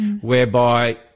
whereby